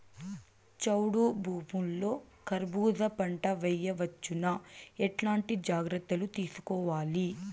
చౌడు భూముల్లో కర్బూజ పంట వేయవచ్చు నా? ఎట్లాంటి జాగ్రత్తలు తీసుకోవాలి?